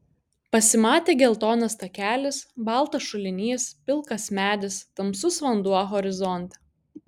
pasimatė geltonas takelis baltas šulinys pilkas medis tamsus vanduo horizonte